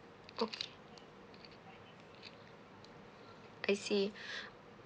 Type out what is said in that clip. oh I see